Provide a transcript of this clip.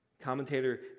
Commentator